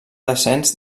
descens